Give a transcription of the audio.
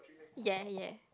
ya ya